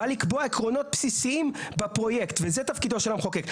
בא לקבוע עקרונות בסיסיים בפרויקט וזה תפקידו של המחוקק.